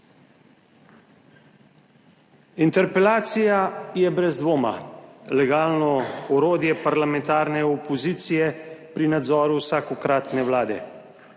Interpelacija je brez dvoma legalno orodje parlamentarne opozicije pri nadzoru vsakokratne vlade,